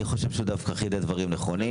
אני חושב שהוא דווקא חידד דברים נכונים.